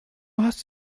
hast